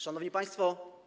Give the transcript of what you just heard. Szanowni Państwo!